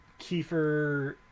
Kiefer